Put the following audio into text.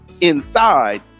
inside